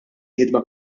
ħidma